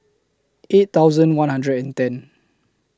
eight thousand one hundred and ten